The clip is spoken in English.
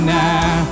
now